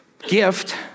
Gift